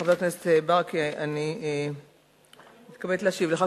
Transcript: חבר הכנסת ברכה, אני מתכבדת להשיב לך.